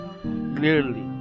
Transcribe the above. clearly